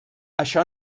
això